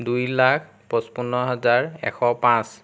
দুই লাখ পঁচপন্ন হাজাৰ এশ পাঁচ